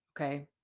okay